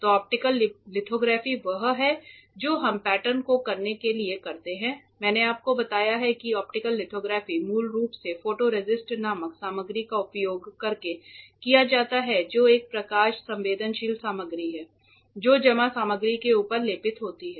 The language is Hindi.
तो ऑप्टिकल लिथोग्राफी वह है जो हम पैटर्न को करने के लिए करते हैं मैंने आपको बताया है कि ऑप्टिकल लिथोग्राफी मूल रूप से फोटोरेसिस्ट नामक सामग्री का उपयोग करके किया जाता है जो एक प्रकाश संवेदनशील सामग्री है जो जमा सामग्री के ऊपर लेपित होती है